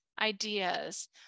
ideas